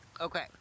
Okay